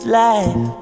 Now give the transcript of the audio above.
life